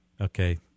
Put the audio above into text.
Okay